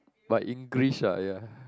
but english ah ya